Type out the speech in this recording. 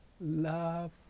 love